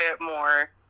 more